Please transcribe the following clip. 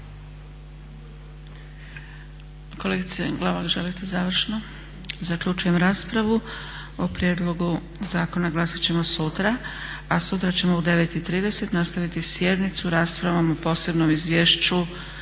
Kolegice Glavak želite završno? Zaključujem raspravu. O prijedlog zakona glasat ćemo sutra. A sutra ćemo u 9,30 nastaviti sjednicu raspravom o Posebnom izvješću